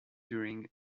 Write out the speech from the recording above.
during